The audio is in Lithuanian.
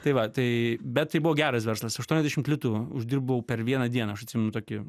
tai va tai bet tai buvo geras verslas aštuoniasdešimt litų uždirbau per vieną dieną aš atsimenu tokį